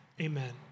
Amen